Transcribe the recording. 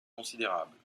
considérables